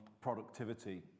productivity